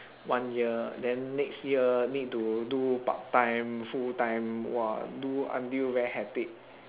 one year then next year need to do part time full time !wah! do until very hectic